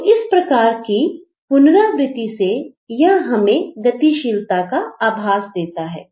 तो इस प्रकार की पुनरावृति से यह हमें गतिशीलता का आभास देता है